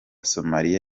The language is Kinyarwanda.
somalia